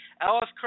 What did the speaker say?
Alice